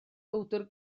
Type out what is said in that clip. bowdr